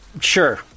sure